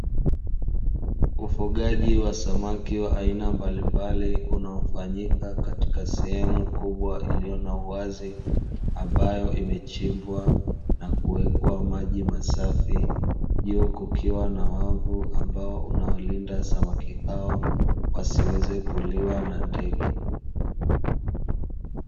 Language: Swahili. Ufugaji wa samaki wa aina mbalimbali, unaofanyika katika sehemu kubwa iliyo na uwazi, ambayo imechimbwa na kuwekwa maji masafi, juu kukiwa na wavu ambao unawalinda samaki hao wasiweze kuliwa na ndege.